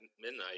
midnight